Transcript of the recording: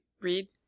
read